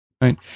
Right